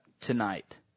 tonight